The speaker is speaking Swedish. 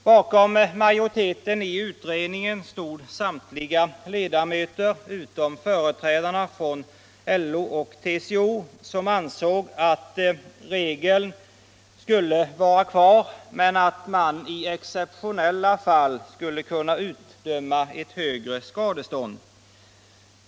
Bakom majoriteten i utredningen stod samtliga ledamöter utom företrädarna för LO och TCO, som ansåg att regeln skulle vara kvar men att man i exeptionella fall skulle kunna utdöma högre skadestånd.